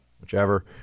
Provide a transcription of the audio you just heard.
whichever